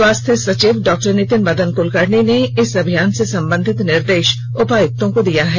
स्वास्थ्य सचिव डॉ नितिन मदन कुलकर्णी ने इस अभियान से संबंधित निर्देश उपायुक्तों को दिया है